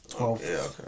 okay